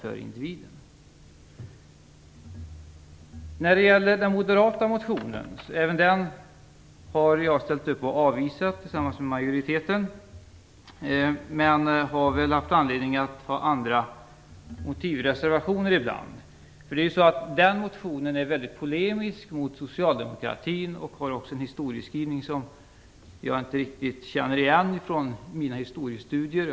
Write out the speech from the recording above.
Även den moderata motionen har jag tillsammans med majoriteten avvisat, men jag står på vissa punkter bakom motivreservationer. Denna motion är mycket polemisk mot socialdemokratin och har också en historieskrivning som jag inte riktigt känner igen från mina historiestudier.